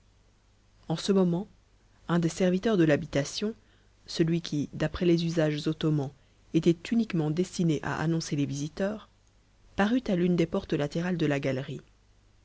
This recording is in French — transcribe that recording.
en ce moment un des serviteurs de l'habitation celui qui d'après les usages ottomans était uniquement destiné à annoncer les visiteurs parut à l'une des portes latérales de la galerie